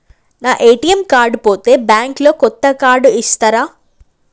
నా ATM card పోతే bank లో కొత్త కార్డు ఇస్తరా?